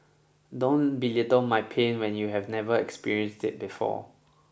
don't belittle my pain when you have never experienced it before